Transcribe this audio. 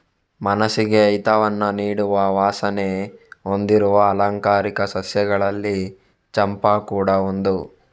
ಮನಸ್ಸಿಗೆ ಹಿತವನ್ನ ನೀಡುವ ವಾಸನೆ ಹೊಂದಿರುವ ಆಲಂಕಾರಿಕ ಸಸ್ಯಗಳಲ್ಲಿ ಚಂಪಾ ಕೂಡಾ ಒಂದು